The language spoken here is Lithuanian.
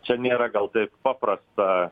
čia nėra gal taip paprasta